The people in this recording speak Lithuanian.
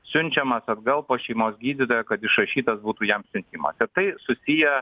siunčiamas atgal pas šeimos gydytoją kad išrašytas būtų jam siuntimas ir tai susiję